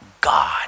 God